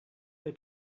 they